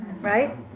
right